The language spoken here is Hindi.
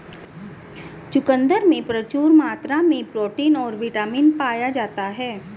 चुकंदर में प्रचूर मात्रा में प्रोटीन और बिटामिन पाया जाता ही